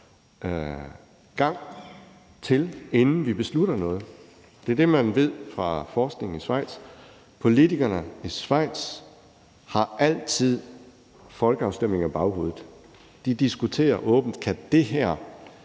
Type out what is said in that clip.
gang om, inden vi besluttede noget. Det er det, man ved fra forskningen i Schweiz. Politikerne i Schweiz har altid folkeafstemninger i baghovedet. De diskuterer åbent: Kan det her